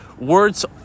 Words